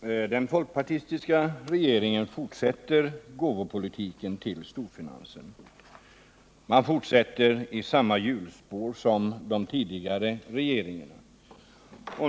Den folkpartistiska regeringen fortsätter gåvopolitiken till storfinansen. Man fortsätter i samma hjulspår som de tidigare regeringarna.